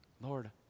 Lord